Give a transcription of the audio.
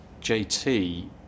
JT